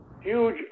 huge